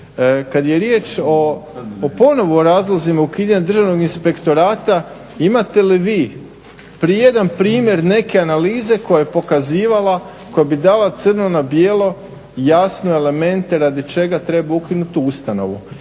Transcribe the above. Kad je riječ o ponovo razlozima ukidanja Državnog inspektorata, imate li vi ijedan primjer neke analize koja je pokazivala, koja bi dala crno na bijelo jasno elemente radi čega treba ukinuti tu ustanovu?